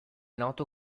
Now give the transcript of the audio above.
noto